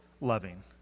loving